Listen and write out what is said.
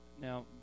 now